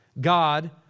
God